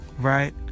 right